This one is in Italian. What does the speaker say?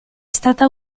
stata